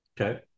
Okay